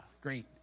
great